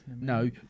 No